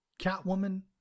Catwoman